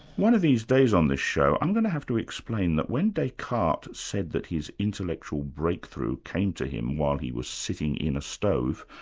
one of these days on this show, i'm going to have to explain that when descartes said that his intellectual breakthrough came to him when he was sitting in a stove,